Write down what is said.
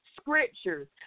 scriptures